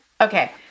Okay